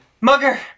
mugger